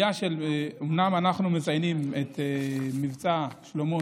אומנם אנחנו מציינים את מבצע שלמה,